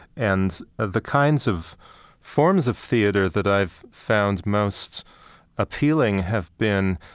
and the kinds of forms of theater that i've found most appealing have been,